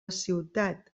ciutat